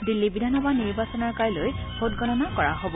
দিল্লী বিধানসভা নিৰ্বাচনৰ কাইলৈ ভোটগণনা কৰা হব